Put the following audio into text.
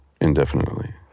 indefinitely